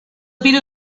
virus